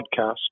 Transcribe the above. podcast